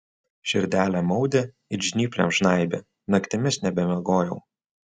širdelė maudė it žnyplėm žnaibė naktimis nebemiegojau